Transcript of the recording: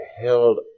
held